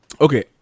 okay